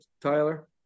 Tyler